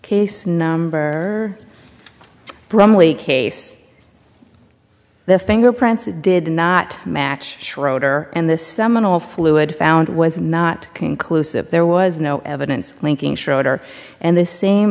case number brumley case the fingerprints did not match schroeder and this seminal fluid found was not conclusive there was no evidence linking schroeder and the same